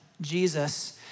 Jesus